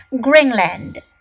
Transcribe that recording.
Greenland